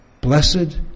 blessed